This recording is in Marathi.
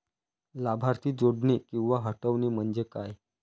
लाभार्थी जोडणे किंवा हटवणे, म्हणजे काय?